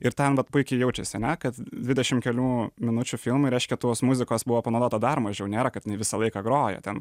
ir ten vat puikiai jaučiasi ane kad dvidešim kelių minučių filmui reiškia tos muzikos buvo panaudota dar mažiau nėra kad jinai visą laiką grojo ten